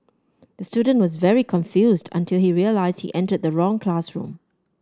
the student was very confused until he realised he entered the wrong classroom